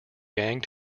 gang